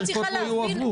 אני לא מצליחה להבין.